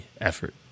effort